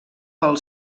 pel